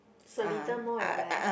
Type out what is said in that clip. Seletar Mall at where